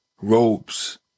robes